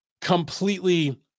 completely